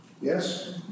Yes